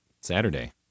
Saturday